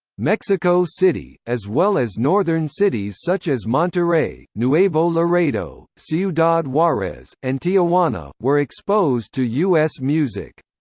mexico city, as well as northern cities such as monterrey, nuevo laredo, ciudad juarez, and tijuana, were exposed to us music.